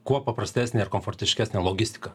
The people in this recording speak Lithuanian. kuo paprastesnė ir komfortiškesnio logistika